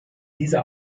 dieser